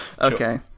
Okay